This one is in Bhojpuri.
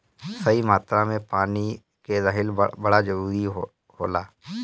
सही मात्रा में पानी के रहल बड़ा जरूरी होला